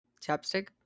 chapstick